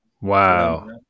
Wow